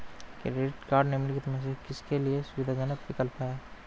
Credit cards निम्नलिखित में से किसके लिए सुविधाजनक विकल्प हैं?